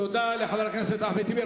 תודה לחבר הכנסת אחמד טיבי.